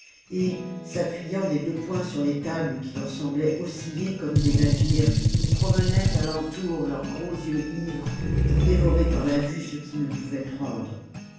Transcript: et s'appujant des deux poings sur les tables qui leur semblaient osciller comme des navires ils promenaient à l'entour leurs gros yeux ivres pour dévorer par la vue ce qu'ils ne pouvaient prendre